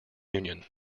union